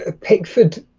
ah pickford